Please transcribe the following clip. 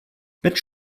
mit